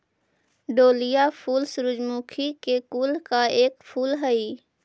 dahlia फूल सूर्यमुखी के कुल का एक फूल हई